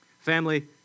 Family